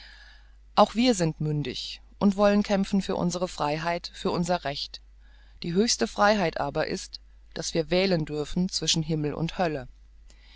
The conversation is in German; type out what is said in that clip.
auch wir sind mündig und wollen kämpfen für unsre freiheit für unser recht die höchste freiheit aber ist daß wir wählen dürfen zwischen himmel und hölle